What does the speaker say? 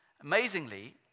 Amazingly